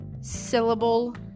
syllable